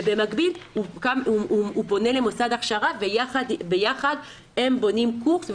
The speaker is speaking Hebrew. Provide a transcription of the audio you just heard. ובמקביל הוא פונה למוסד הכשרה וביחד הם בונים קורס,